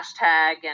hashtag